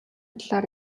талаар